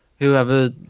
whoever